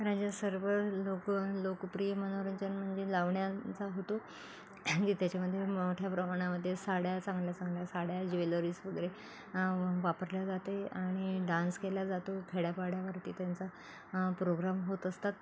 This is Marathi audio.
राज्यात सर्व लोकं लोकप्रिय मनोरंजन म्हणजे लावण्यांचा होतो जी त्याच्यामध्ये मोठ्या प्रमाणामध्ये साड्या चांगल्या चांगल्या साड्या ज्वेलरीज वगैरे वापरल्या जाते आणि डान्स केल्या जातो खेड्यापाड्यावरती त्यांचा प्रोग्राम होत असतात